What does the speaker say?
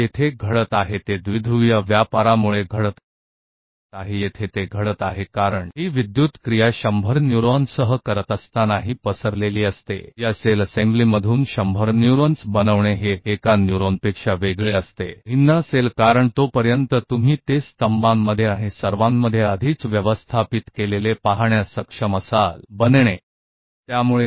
यहाँ पर यह हो रहा है यह द्विध्रुवीय व्यापार के कारण हो रहा है यहाँ ऐसा इसलिए हो रहा है क्योंकि यह विद्युत गतिविधियों फैली हुई है तब भी जब आप इसे 100 न्यूरॉन्स के साथ कर रहे हैं सौ न्यूरॉन्स के अनुसार करना एकल न्यूरॉन से अलग होगा यह इस सेल असेंबली से अलग होगा क्योंकि तक आप पहले से ही कॉलम और सभी में व्यवस्थित हो जाते हैं